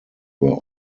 were